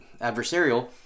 adversarial